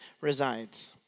resides